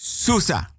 susa